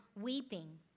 weeping